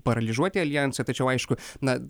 paralyžuoti aljansą tačiau aišku na